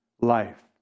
life